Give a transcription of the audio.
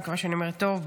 מקווה שאני אומרת טוב,